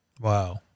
Wow